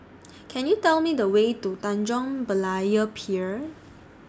Can YOU Tell Me The Way to Tanjong Berlayer Pier